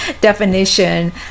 Definition